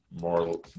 more